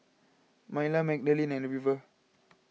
Myla Magdalene and River